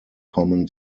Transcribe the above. common